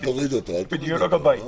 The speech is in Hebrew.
אל תוריד אותו, לא,